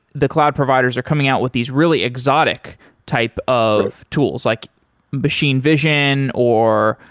the cloud providers are coming out with these really exotic type of tools, like machine vision or,